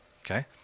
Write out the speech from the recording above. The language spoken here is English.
Okay